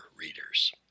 readers